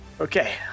Okay